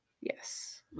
Yes